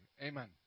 amen